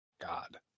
God